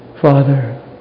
Father